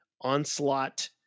Onslaught